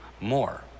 more